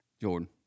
Jordan